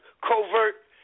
covert